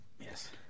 Yes